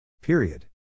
Period